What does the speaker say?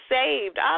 saved